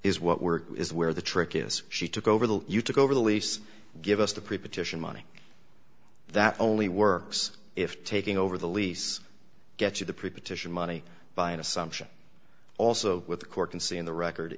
is what work is where the trick is she took over the you took over the lease give us the pre partition money that only works if taking over the lease gets you the pre partition money by assumption also with the court can see in the record